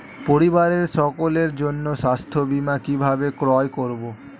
পরিবারের সকলের জন্য স্বাস্থ্য বীমা কিভাবে ক্রয় করব?